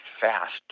fast